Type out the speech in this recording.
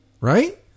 right